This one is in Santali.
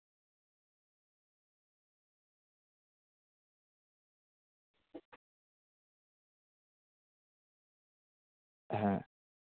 ᱦᱮᱸ